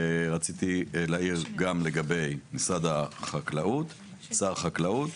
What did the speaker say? ורציתי להעיר גם לגבי משרד החקלאות, שר החקלאות.